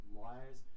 lies